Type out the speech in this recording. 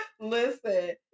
Listen